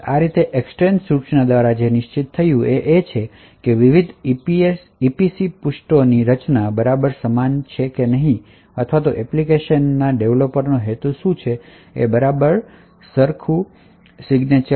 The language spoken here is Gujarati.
આ રીતે EEXTEND સૂચના દ્વારા જે નિશ્ચિત છે તે છે કે આ વિવિધ EPC પેજ ની રચના બરાબર સમાન છે અથવા એપ્લિકેશન ડેવલોપરનો હેતુ શું છે તેની બરાબર સમાન હસ્તાક્ષર છે